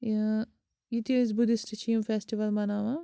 یہِ ٲں یِہِ تہِ أسۍ بُدِسٹہٕ چھِ یِم فیٚسٹِول مَناوان